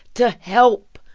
to help.